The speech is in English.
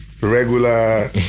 Regular